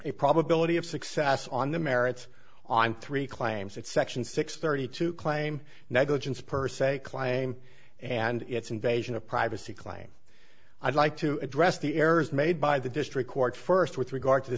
a probability of success on the merits on three claims that section six thirty two claim negligence per se claim and its invasion of privacy claim i'd like to address the errors made by the district court first with regard to the